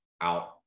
out